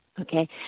okay